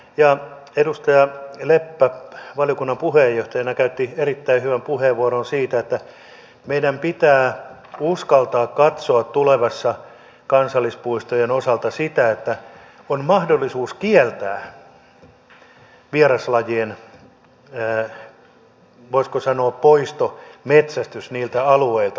edustaja leppä valiokunnan puheenjohtajana käytti erittäin hyvän puheenvuoron siitä että meidän pitää uskaltaa katsoa tulevassa kansallispuistojen osalta sitä että on mahdollisuus kieltää vieraslajien voisiko sanoa poistometsästys niiltä alueilta